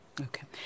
Okay